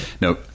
No